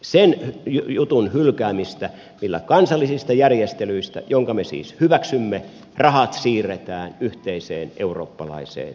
sen jutun hylkäämistä jolla kansallisista järjestelyistä jotka me siis hyväksymme rahat siirretään yhteiseen eurooppalaiseen järjestelyyn